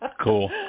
Cool